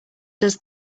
does